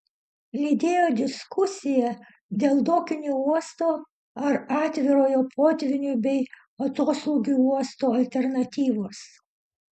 lydėjo diskusija dėl dokinio uosto ar atvirojo potvynių bei atoslūgių uosto alternatyvos